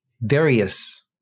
various